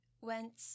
went